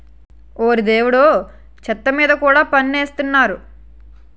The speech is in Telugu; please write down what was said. ఓరి దేవుడో చెత్త మీద కూడా పన్ను ఎసేత్తన్నారు